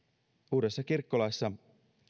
uudessa kirkkolaissa